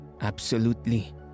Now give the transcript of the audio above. Absolutely